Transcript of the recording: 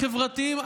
דחיתם.